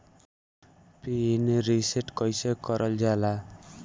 Pin reset कईसे करल जाला?